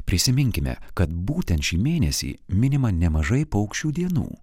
prisiminkime kad būtent šį mėnesį minima nemažai paukščių dienų